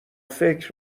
فکر